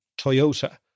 Toyota